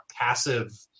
passive